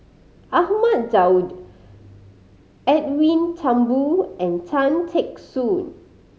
Ahmad Daud Edwin Thumboo and Tan Teck Soon